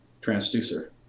transducer